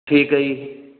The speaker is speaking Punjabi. ਠੀਕ ਹੈ ਜੀ